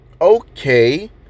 okay